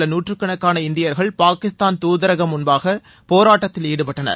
உள்ள நூற்றுக்கணக்கான இந்தியர்கள் பாகிஸ்தான் தூதரகம் முன்பாக போராட்டத்தில் ஈடுபட்டனர்